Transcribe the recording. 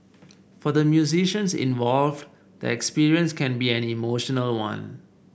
for the musicians involved the experience can be an emotional one